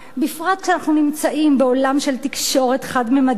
בפרט כשאנחנו נמצאים בעולם של תקשורת חד-ממדית,